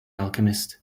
alchemist